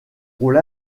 rôle